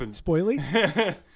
spoilery